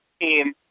team